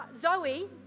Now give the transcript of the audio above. Zoe